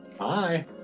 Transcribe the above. hi